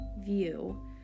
View